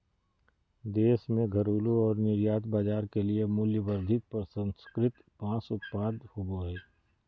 देश में घरेलू और निर्यात बाजार के लिए मूल्यवर्धित प्रसंस्कृत बांस उत्पाद होबो हइ